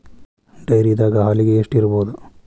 ಡೈರಿದಾಗ ಹಾಲಿಗೆ ಎಷ್ಟು ಇರ್ಬೋದ್?